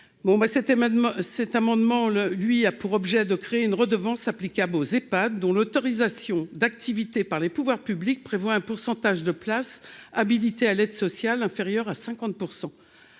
Cet amendement a quant à lui pour objet de créer une redevance applicable aux Ehpad dont l'autorisation d'activité par les pouvoirs publics prévoit un pourcentage de places habilitées à l'aide sociale inférieure à 50